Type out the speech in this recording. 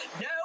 No